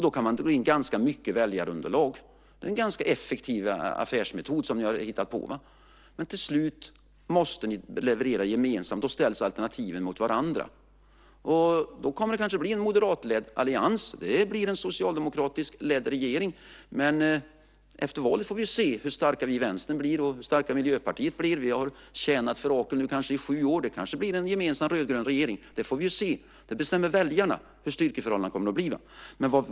Då kan man få ett ganska stort väljarunderlag. Det är en ganska effektiv affärsmetod som ni har hittat på. Men till slut måste ni leverera gemensamt. Då ställs alternativen mot varandra. Då kommer det kanske att bli en moderatledd allians. Det blir en socialdemokratiskt ledd regering, men efter valet får vi ju se hur starka vi i Vänstern blir och hur starka Miljöpartiet blir. Vi har tjänat för Rakel i sju år. Det kanske blir en gemensam rödgrön regering. Det får vi se. Väljarna bestämmer ju hur styrkeförhållandena kommer att bli.